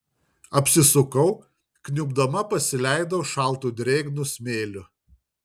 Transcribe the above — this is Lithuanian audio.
apsisukau kniubdama pasileidau šaltu drėgnu smėliu